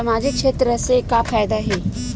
सामजिक क्षेत्र से का फ़ायदा हे?